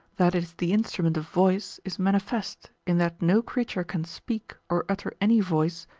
that it is the instrument of voice, is manifest, in that no creature can speak, or utter any voice,